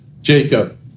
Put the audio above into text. Jacob